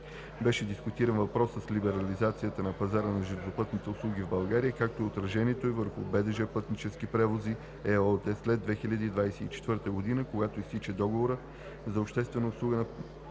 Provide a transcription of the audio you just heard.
Беше дискутиран въпросът с либерализацията на пазара на железопътни услуги в България, както и отражението ѝ върху „БДЖ – Пътнически превози“ ЕООД след 2024 г., когато изтича договорът за обществени услуги на